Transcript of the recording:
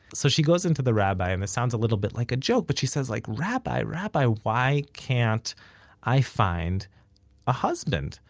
so she goes into the rabbi, and it sounds a little bit like a joke, but she says, like, rabbi, rabbi, why can't i find a husband?